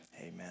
amen